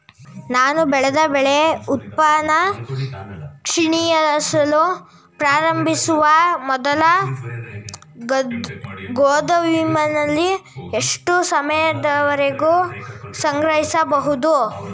ನಾನು ಬೆಳೆದ ಬೆಳೆ ಉತ್ಪನ್ನ ಕ್ಷೀಣಿಸಲು ಪ್ರಾರಂಭಿಸುವ ಮೊದಲು ಗೋದಾಮಿನಲ್ಲಿ ಎಷ್ಟು ಸಮಯದವರೆಗೆ ಸಂಗ್ರಹಿಸಬಹುದು?